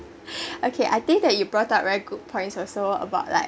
okay I think that you brought up very good points also about like